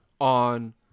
on